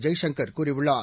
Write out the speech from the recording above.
ஜெய்சங்கர் கூறியுள்ளார்